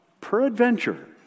peradventure